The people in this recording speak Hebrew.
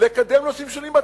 לקדם נושאים שונים בתקציב.